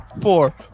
four